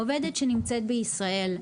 עובדת שנמצאת בישראל,